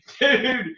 Dude